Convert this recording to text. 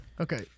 okay